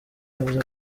yavuze